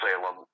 Salem